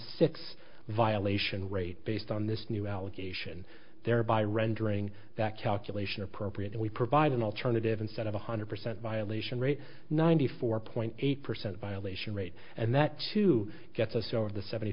six violation based on this new allegation thereby rendering that calculation appropriate and we provide an alternative instead of a hundred percent violation rate ninety four point eight percent violation rate and that to get us over the seventy